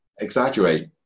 exaggerate